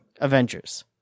Avengers